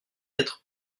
être